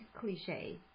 cliche